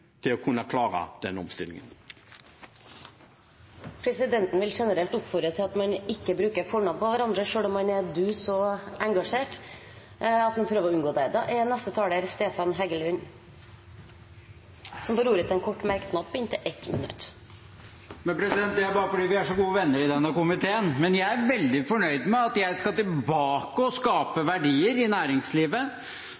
omstillingen. Presidenten vil for øvrig oppfordre til at man ikke bruker fornavn på hverandre. Selv om man er dus og engasjerte, bør man prøve å unngå det. Representanten Stefan Heggelund har hatt ordet to ganger tidligere og får ordet til en kort merknad, begrenset til 1 minutt. Det er bare fordi vi er så gode venner i denne komiteen. Jeg er veldig fornøyd med at jeg skal tilbake og skape